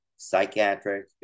psychiatric